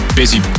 busy